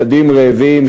ילדים רעבים,